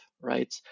right